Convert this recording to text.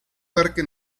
parque